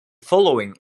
following